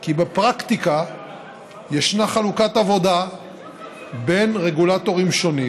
כי בפרקטיקה ישנה חלוקת עבודה בין רגולטורים שונים,